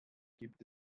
gibt